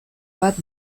bat